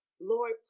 Lord